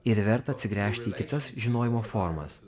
ir verta atsigręžti į kitas žinojimo formas